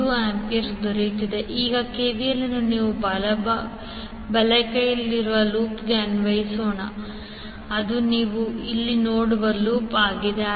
5I0I02A ಈಗ KVL ಅನ್ನು ನೀವು ಬಲಗೈಯಲ್ಲಿರುವ ಲೂಪ್ಗೆ ಅನ್ವಯಿಸೋಣ ಅದು ನೀವು ಇಲ್ಲಿ ನೋಡುವ ಲೂಪ್ ಆಗಿದೆ